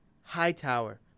Hightower